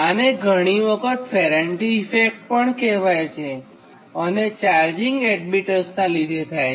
આને ઘણી વખતે ફેરાન્ટી ઇફેક્ટ પણ કહેવાય છે અને આ ચાર્જિંગ એડમીટન્સનાં લીધે થાય છે